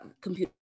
computer